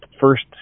first